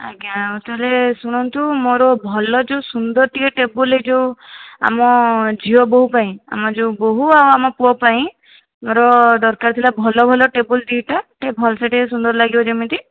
ଆଜ୍ଞା ତାହେଲେ ଶୁଣନ୍ତୁ ମୋର ଭଲ ଯେଉଁ ସୁନ୍ଦରଟିଏ ଟେବଲ୍ରେ ଯେଉଁ ଆମ ଝିଅ ବୋହୂ ପାଇଁ ଆମର ଯେଉଁ ବୋହୂ ଆମ ପୁଅ ପାଇଁ ମୋର ଦରକାର ଥିଲା ଭଲ ଭଲ ଟେବଲ୍ ଦୁଇଟା ଭଲ ସେ ଟିକିଏ ସୁନ୍ଦର ଲାଗିବ ଯେମିତି